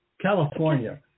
California